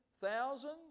thousands